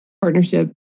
Partnership